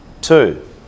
two